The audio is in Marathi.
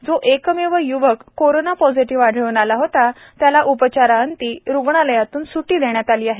जो एकमेव य्वक कोरोना पॉझिटिव्ह आढळून आला होता त्याला उपचारांती रुग्णालयातून स्ट्टी देण्यात आली आहे